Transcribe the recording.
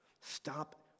Stop